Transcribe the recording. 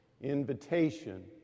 invitation